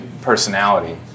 personality